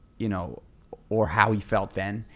you know or how he felt then.